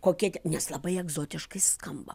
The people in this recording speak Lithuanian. kokia nes labai egzotiškai skamba